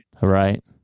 Right